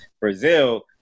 Brazil